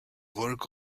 work